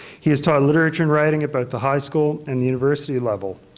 he has taught literature and writing about the high school and university level.